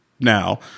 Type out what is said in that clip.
now